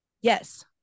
Yes